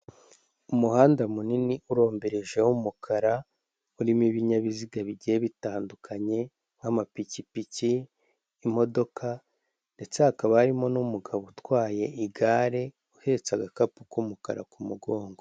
Umuhanda munini uromberejeho w'umukara urimo ibinyabiziga bigiye bitandukanye, nk'amapikipiki imodoka, ndetse hakaba harimo n'umugabo utwaye igare uhetse agakapu k'umukara ku mugongo.